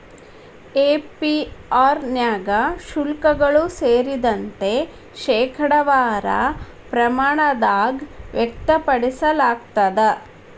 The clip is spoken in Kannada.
ಎ.ಪಿ.ಆರ್ ನ್ಯಾಗ ಶುಲ್ಕಗಳು ಸೇರಿದಂತೆ, ಶೇಕಡಾವಾರ ಪ್ರಮಾಣದಾಗ್ ವ್ಯಕ್ತಪಡಿಸಲಾಗ್ತದ